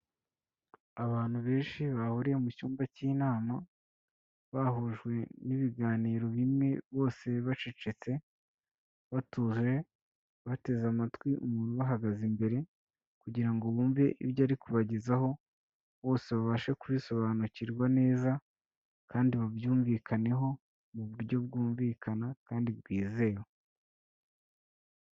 Abantu benshi bahuriye mu cyumba cy'inama, bahujwe n'ibiganiro bimwe, bose bacecetse batuje bateze amatwi umuntu ubahagaze imbere kugira ngo bumve ibyo ari kubagezaho, bose babashe kurisobanukirwa neza kandi babyumvikaneho mu buryo bwumvikana kandi bwizewe.